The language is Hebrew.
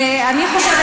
ואני חושבת,